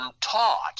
taught